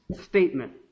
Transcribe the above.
statement